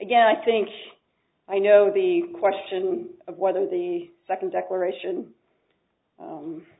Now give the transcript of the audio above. again i think i know the question of whether the second declaration